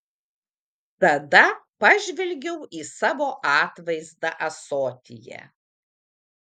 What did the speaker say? tada pažvelgiau į savo atvaizdą ąsotyje